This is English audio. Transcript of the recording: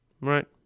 Right